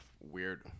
weird